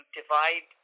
divide